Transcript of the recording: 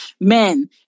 men